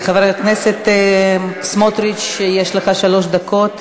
חבר הכנסת סמוטריץ, יש לך שלוש דקות.